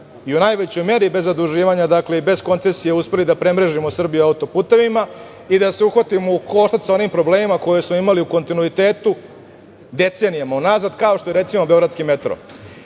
i u najvećoj meri bez zaduživanja i bez koncesija uspeli da premrežimo Srbiju auto-putevima i da se uhvatimo u koštac sa onim problemima koje smo imali u kontinuitetu decenijama unazad, kao što je recimo, beogradski metro. Sada